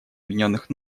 объединенных